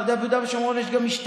אתה יודע, ביהודה ושומרון יש גם משטרה.